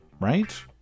right